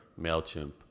mailchimp